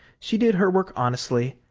she did her work honestly,